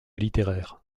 littéraires